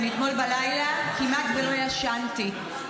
אני אתמול בלילה כמעט ולא ישנתי.